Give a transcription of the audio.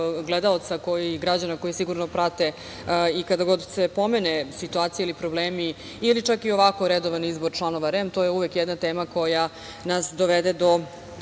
gledalaca, građana koji sigurno prate… Kad god se pomene situacija i problemi ili čak i ovako redovan izbor članova REM-a, to je uvek jedna tema koja nas dovede do